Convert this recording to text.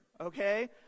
okay